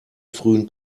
frühen